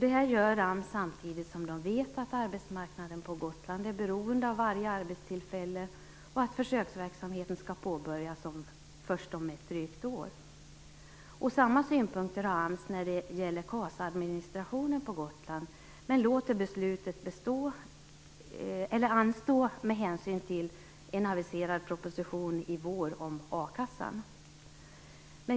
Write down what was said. Det här gör AMS samtidigt som man vet att arbetsmarknaden på Gotland är beroende av varje arbetstillfälle och att försöksverksamheten skall påbörjas först om drygt ett år. Samma synpunkter har AMS när det gäller KAS administrationen på Gotland, men man låter beslutet anstå med hänsyn till en aviserad proposition i vår om a-kassan.